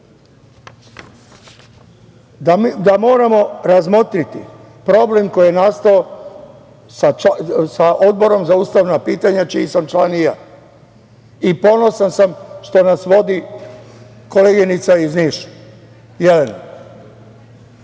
da moramo razmotriti problem koji je nastao sa Odborom za ustavna pitanja čiji sam član i ja. Ponosan sam što nas vodi koleginica iz Niša, Jelena,